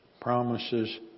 promises